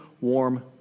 warm